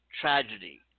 tragedy